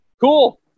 cool